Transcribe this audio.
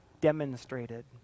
demonstrated